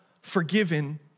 forgiven